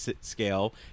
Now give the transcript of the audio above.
scale